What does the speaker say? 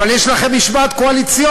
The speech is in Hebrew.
אבל יש לכם משמעת קואליציות,